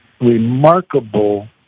remarkable